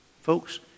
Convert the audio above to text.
folks